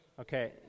okay